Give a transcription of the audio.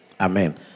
Amen